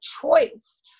choice